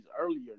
earlier